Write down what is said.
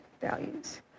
values